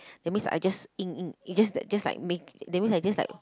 that means I just in~ in~ it's just that just like mak~ that means I just like